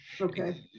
Okay